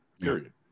period